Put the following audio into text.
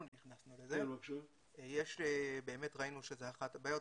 אנחנו נכנסנו לזה, באמת ראינו שזו אחת הבעיות.